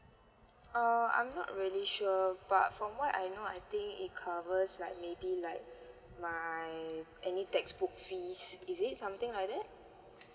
err I'm not really sure but from what I know I think it covers like maybe like my any textbook fees is it something like that